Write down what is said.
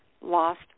lost